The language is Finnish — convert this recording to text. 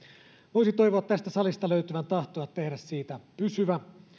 voisi toivoa tästä salista löytyvän tahtoa tehdä siitä pysyvä